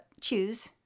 choose